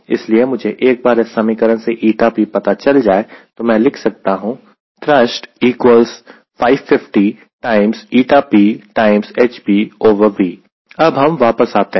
इसलिए एक बार मुझे इस समीकरण से ηp पता चल जाए तो मैं लिख सकता हूं Thrust 550php अब वापस आते हैं